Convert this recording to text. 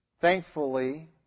thankfully